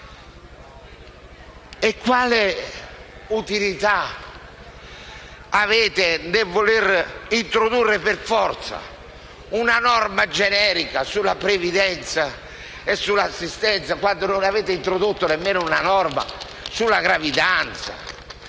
Quale utilità avete nel voler introdurre per forza una norma generica sulla previdenza e sull'assistenza quando non avete introdotto nemmeno una norma sulla gravidanza?